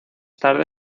tarde